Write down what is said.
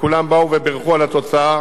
שכולם באו ובירכו על התוצאה,